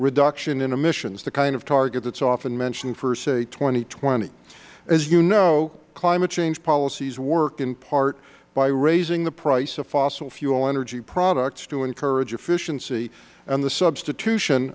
reduction in emissions the kind of target that is often mentioned for say two thousand and twenty as you know climate change policies work in part by raising the price of fossil fuel energy products to encourage efficiency and the substitution